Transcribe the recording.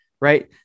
right